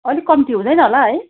अलिक कम्ती हुँदैन होला है